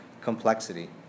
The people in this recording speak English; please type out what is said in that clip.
complexity